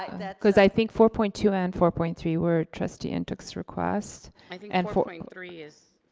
like cause i think four point two and four point three were trustee and ntuk's requests. i think and four point three is.